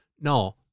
no